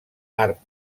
art